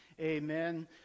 Amen